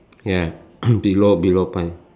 ya below below